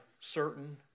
certain